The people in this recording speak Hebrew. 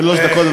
שלוש דקות.